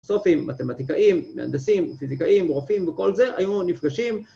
פילוסו‫סופים, מתמטיקאים, מהנדסים, ‫פיזיקאים, רופאים וכל זה, ‫היו נפגשים.